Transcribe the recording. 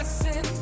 sin